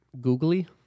Googly